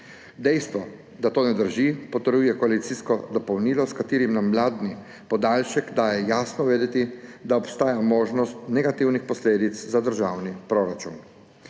Dejstvo, da to ne drži, potrjuje koalicijsko dopolnilo, s katerim nam vladni podaljšek daje jasno vedeti, da obstaja možnost negativnih posledic za državni proračun.